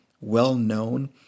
well-known